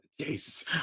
Jesus